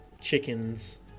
chickens